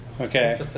Okay